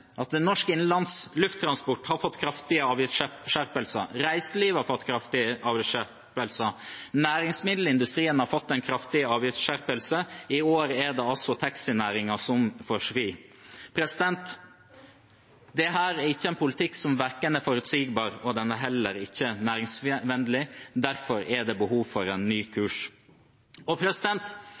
at norsk innenlands lufttransport har fått kraftige avgiftsskjerpelser, at reiselivet har fått kraftige avgiftsskjerpelser, og at næringsmiddelindustrien har fått en kraftig avgiftsskjerpelse. I år er det altså taxinæringen som får svi. Dette er ikke en politikk som er forutsigbar, og den er heller ikke næringsvennlig. Derfor er det behov for en ny kurs.